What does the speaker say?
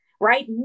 right